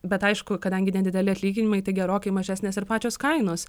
bet aišku kadangi nedideli atlyginimai tai gerokai mažesnės ir pačios kainos